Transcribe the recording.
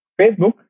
Facebook